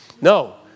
No